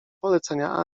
polecenia